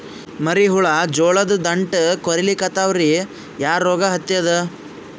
ಮರಿ ಹುಳ ಜೋಳದ ದಂಟ ಕೊರಿಲಿಕತ್ತಾವ ರೀ ಯಾ ರೋಗ ಹತ್ಯಾದ?